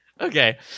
Okay